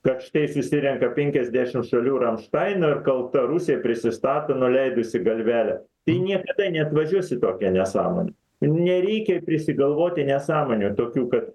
kad štai susirenka penkiasdešim šalių ramštaino ir kalta rusija prisistato nuleidusi galvelę tai niekada neatvažiuos į tokią nesąmonę nereikia prisigalvoti nesąmonių tokių kad